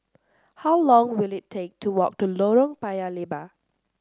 how long will it take to walk to Lorong Paya Lebar